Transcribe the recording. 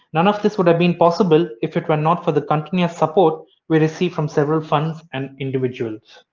none of this would have been possible if it were not for the continuous support we receive from several funds and individuals.